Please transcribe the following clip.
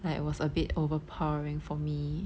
like it was a bit overpowering for me